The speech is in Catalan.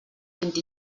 vint